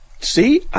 see